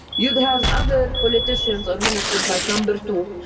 you'd have other politicians or ministers like number two,